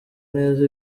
neza